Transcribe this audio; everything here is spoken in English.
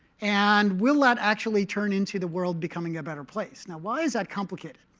and will that actually turn into the world becoming a better place? now, why is that complicated?